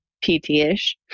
PT-ish